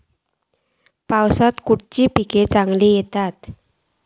पावसात खयली पीका चांगली येतली?